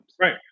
Right